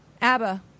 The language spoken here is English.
Abba